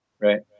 Right